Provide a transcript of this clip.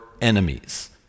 enemies